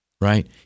Right